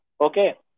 okay